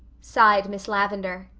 sighed miss lavendar.